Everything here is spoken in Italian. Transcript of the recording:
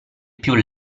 più